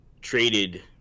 traded –